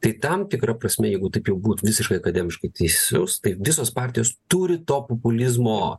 tai tam tikra prasme jeigu taip jau būt visiškai akademiškai teisus tai visos partijos turi to populizmo